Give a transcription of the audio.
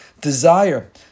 desire